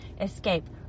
escape